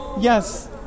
yes